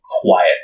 quiet